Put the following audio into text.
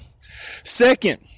Second